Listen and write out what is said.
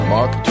Mark